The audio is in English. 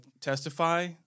testify